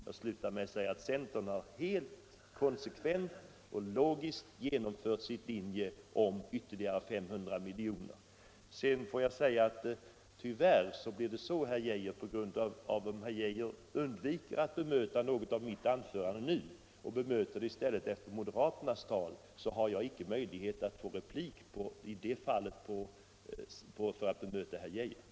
Jag vill återigen understryka att centern har helt konsekvent och logiskt genomfört sin linje om ytterligare 500 miljoner. Slutligen är det så, att på grund av att herr Geijer nu undvek att bemöta vad jag sade om avsnitt 3 och i stället kommer med ett bemötande efter det att moderata samlingspartiets talesman haft ordet har jag tyvärr ingen möjlighet att få någon replik för att då bemöta herr Geijer.